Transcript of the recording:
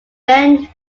band